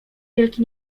wielki